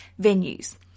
venues